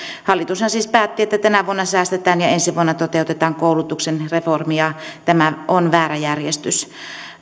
hallitushan siis päätti että tänä vuonna säästetään ja ensi vuonna toteutetaan koulutuksen reformia tämä on väärä järjestys